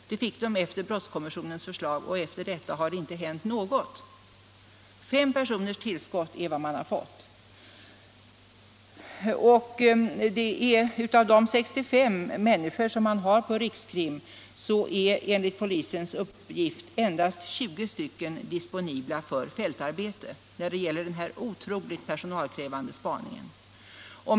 Det fick man efter brottskommissionens förslag. Därefter har det inte hänt någonting. Och av de 65 polismännen på rikskriminalen är enligt uppgift endast 20 disponibla för fältarbete i denna otroligt personalkrävande spaning.